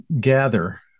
gather